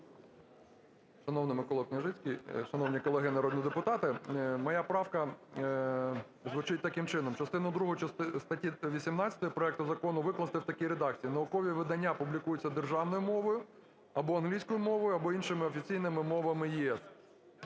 Шановний МиколаКняжицький, шановні колеги народні депутати, моя правка звучить таким чином: "Частину 2 статті 18 проекту Закону викласти в такій редакції: "Наукові видання публікуються державною мовою або англійською мовою, або іншими офіційними мовами ЄС".